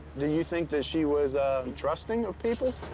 do you think that she was trusting of people?